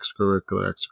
extracurricular